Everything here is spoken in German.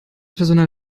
personal